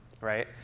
right